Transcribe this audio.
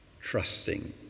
trusting